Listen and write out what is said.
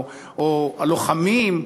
או "הלוחמים",